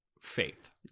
Faith